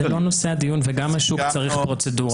זה לא נושא הדיון וגם השוק צריך פרוצדורה.